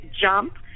jump